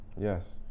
Yes